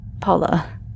Paula